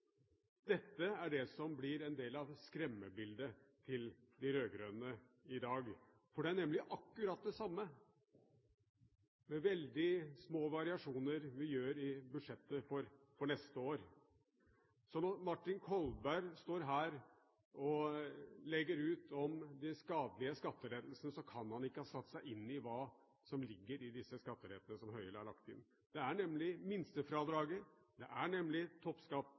Dette er det som blir en del av skremmebildet til de rød-grønne i dag, for det er nemlig akkurat det samme – med veldig små variasjoner – vi gjør i budsjettet for neste år. Så når Martin Kolberg står her og legger ut om de skadelige skattelettene, kan han ikke ha satt seg inn i hva som ligger i disse skattelettene som Høyre har lagt inn. Det er nemlig minstefradraget, det er nemlig